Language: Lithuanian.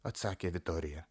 atsakė viktorija